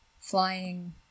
flying